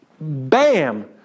Bam